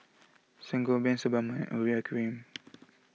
Sangobion Sebamed and Urea Cream